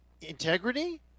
Integrity